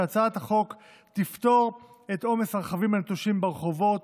שהצעת החוק תפתור את עומס הרכבים הנטושים ברחובות